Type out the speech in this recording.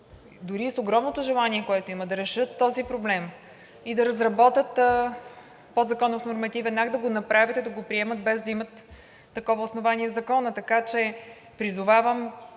дори и с огромното желание, което имат, да решат този проблем и да разработят подзаконов нормативен акт, да го направят и да го приемат, без да имат такова основание в Закона. Така че призовавам